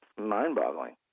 mind-boggling